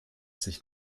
sich